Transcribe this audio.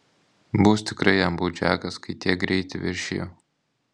bus tikrai jam baudžiakas kai tiek greitį viršijo